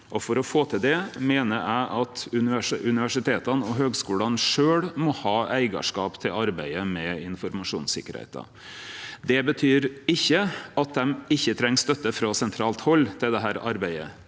For å få til det meiner eg at universiteta og høgskulane sjølve må ha eigarskap til arbeidet med informasjonssikkerheit. Det betyr ikkje at dei ikkje treng støtte frå sentralt hald til dette arbeidet.